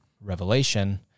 Revelation